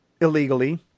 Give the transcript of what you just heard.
illegally